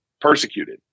persecuted